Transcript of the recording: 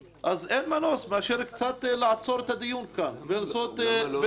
אין מנוס מאשר קצת לעצור את הדיון כאן ולנסות ולראות